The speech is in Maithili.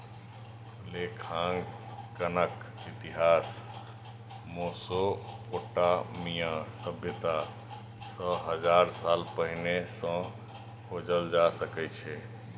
लेखांकनक इतिहास मोसोपोटामिया सभ्यता सं हजार साल पहिने सं खोजल जा सकै छै